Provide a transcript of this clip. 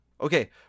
Okay